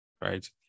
right